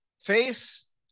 Face